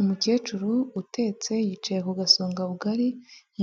Umukecuru utetse yicaye ku gasonga bugari,